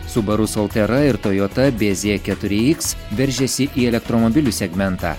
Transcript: subaru soltėra ir tojota bz keturi iks veržiasi į elektromobilių segmentą